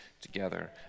together